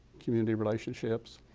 community relationships,